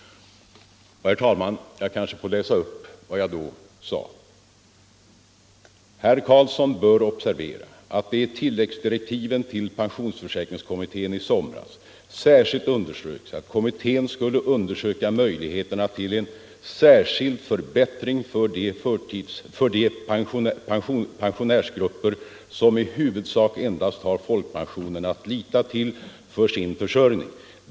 Herr talman! Jag kanske får läsa upp vad jag då framhöll: ”Herr Carlsson bör observera att det i tilläggsdirektiven till pensionsförsäkringskommittén i somras särskilt underströks att kommittén skulle undersöka möjligheterna till en särskild förbättring för de pensionärsgrupper som i huvudsak endast har folkpensionen att lita till för sin försörjning.